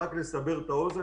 רק לסבר את האוזן,